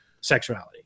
sexuality